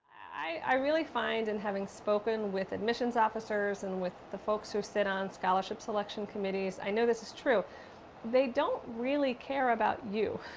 i really find, in and having spoken with admissions officers and with the folks who sit on scholarship selection committees i know this is true they don't really care about you.